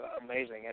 amazing